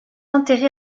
enterré